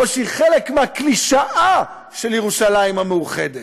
או שהן חלק מהקלישאה של ירושלים המאוחדת,